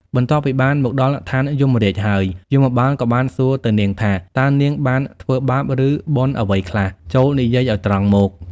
បន្ទាប់ពីបានមកដល់ឋានយមរាជហើយ យមបាលក៏បានសួរទៅនាងថា តើនាងបានធ្វើបាប ឬបុណ្យអ្វីខ្លះ ចូរនិយាយឱ្យត្រង់មក។